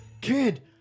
Kid